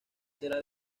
será